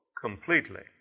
completely